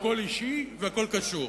הכול אישי והכול קשור,